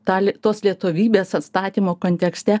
dalį tos lietuvybės atstatymo kontekste